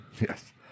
Yes